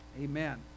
Amen